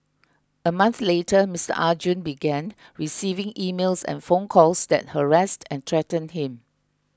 a month later Mister Arjun began receiving emails and phone calls that harassed and threatened him